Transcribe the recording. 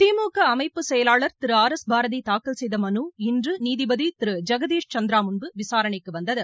திமுக அமைப்பு செயலாளர் Thiru R S Bharathi தாக்கல் செய்த மனு இன்று நீதிபதி திரு ஐகதீஷ் சந்திரா முன்பு விசாரணைக்கு வந்தது